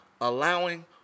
allowing